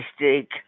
mistake